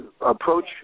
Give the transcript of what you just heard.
approach